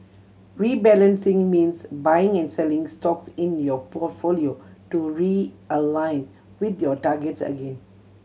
rebalancing means buying and selling stocks in your portfolio to realign with your targets again